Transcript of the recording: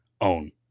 own